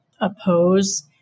oppose